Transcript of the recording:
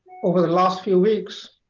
over the last few weeks,